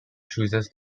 chooses